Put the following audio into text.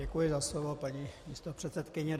Děkuji za slovo, paní místopředsedkyně.